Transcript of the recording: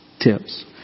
tips